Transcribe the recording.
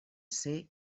ser